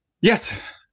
yes